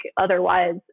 otherwise